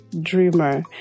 dreamer